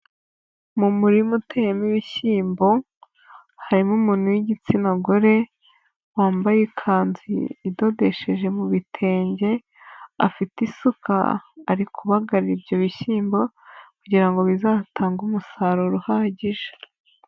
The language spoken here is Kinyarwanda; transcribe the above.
Mu murima uteyemo ibishyimbo, harimo umuntu w'igitsina gore, wambaye ikanzu idodesheje mu bitenge, afite isuka ari kubabagara ibyo bishyimbo, kugira ngo bizatange umusaruro uhagije.